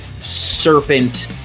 serpent